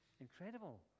Incredible